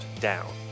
down